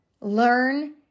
learn